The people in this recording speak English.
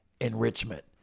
enrichment